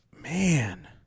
man